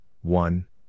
one